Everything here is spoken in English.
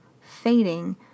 fading